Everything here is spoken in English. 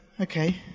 okay